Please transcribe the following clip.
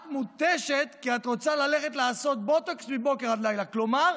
את מותשת כי את רוצה ללכת לעשות בוטוקס מבוקר עד לילהף כלומר,